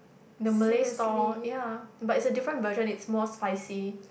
the Malay store ya but it's a different version it's more spicy